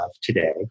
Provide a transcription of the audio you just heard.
today